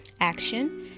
action